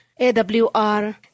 AWR